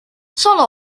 salo